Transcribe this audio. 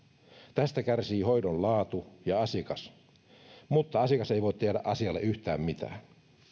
tästä kärsivät hoidon laatu ja asiakas mutta asiakas ei voi tehdä asialle yhtään mitään